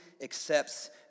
accepts